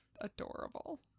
adorable